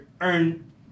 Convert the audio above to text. earn